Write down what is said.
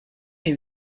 est